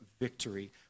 victory